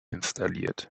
installiert